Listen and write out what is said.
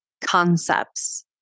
concepts